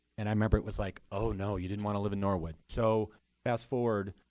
and i remember it was like, oh, no, you didn't want to live in norwood. so fast forward.